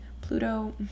pluto